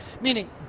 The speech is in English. Meaning